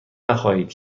نخواهید